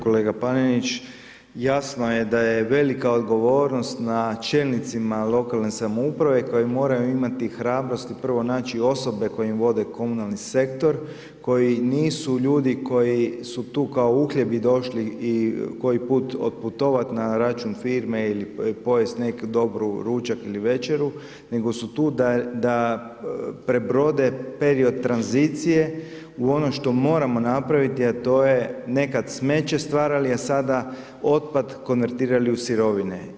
Kolega Panenić, jasno je da je velika odgovornost na čelnicima lokalne samouprave koji moraju imati hrabrosti prvo naći osobe koje im vode komunalni sektor, koji nisu ljudi koji su tu kao uhljebi došli i koji put otputovati na račun firme ili pojesti dobar ručak ili večeru nego su tu da prebrode period tranzicije u ono što moramo napraviti a to je nekad smeće stvarali a sada otpad konvertirali u sirovine.